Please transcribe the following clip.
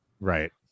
right